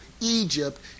Egypt